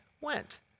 went